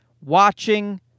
watching